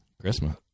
christmas